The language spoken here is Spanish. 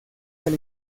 del